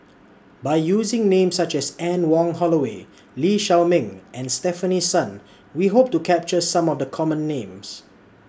By using Names such as Anne Wong Holloway Lee Shao Meng and Stefanie Sun We Hope to capture Some of The Common Names